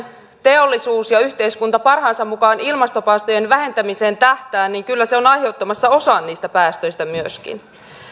teollisuus ja yhteiskunta parhaansa mukaan ilmastopäästöjen vähentämiseen tähtäävät niin kyllä ne ovat aiheuttamassa myöskin osan niistä päästöistä